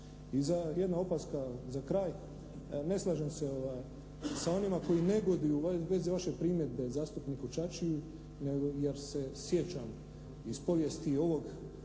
I jedna opaska za kraj. Ne slažem se sa onima koji negoduju u vezi vaše primjedbe zastupniku Čačiji jer se sjećam iz povijesti ovog